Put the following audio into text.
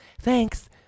Thanks